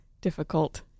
difficult